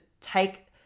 take